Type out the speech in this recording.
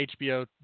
HBO